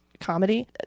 comedy